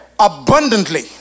Abundantly